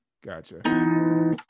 Gotcha